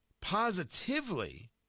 positively